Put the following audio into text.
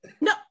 no